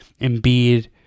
Embiid